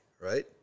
right